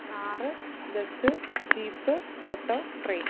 car bus jeep auto train